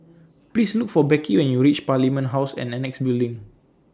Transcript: Please Look For Becky when YOU REACH Parliament House and Annexe Building